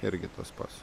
irgi tas pats